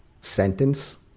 sentence